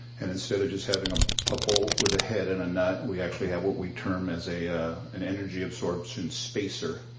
and instead of just having a a bolt with a head and a nut we actually have what we term as an energy absorption spacer,